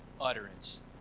utterance